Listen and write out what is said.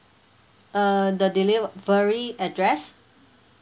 err the delivery address